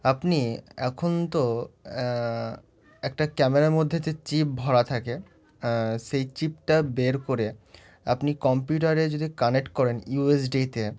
আপনি এখন তো একটা ক্যামেরার মধ্যে যে চিপ ভরা থাকে সেই চিপটা বের করে আপনি কম্পিউটারে যদি কানেক্ট করেন ইউ এস ডিতে